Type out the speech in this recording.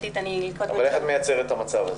איך תייצרי את המצב הזה?